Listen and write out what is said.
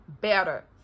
better